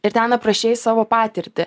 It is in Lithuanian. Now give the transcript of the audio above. ir ten aprašei savo patirtį